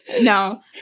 No